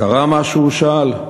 "קרה משהו?" הוא שאל.